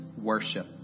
Worship